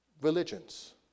religions